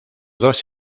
dos